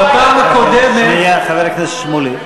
בפעם הקודמת, שנייה, חבר הכנסת שמולי.